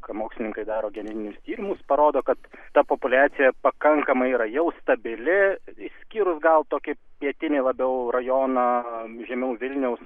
ką mokslininkai daro genetinius tyrimus parodo kad ta populiacija pakankamai yra jau stabili išskyrus gal tokį pietinį labiau rajoną žemiau vilniaus